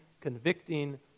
convicting